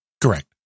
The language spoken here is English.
Correct